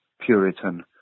Puritan